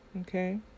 Okay